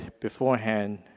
beforehand